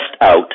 out